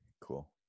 cool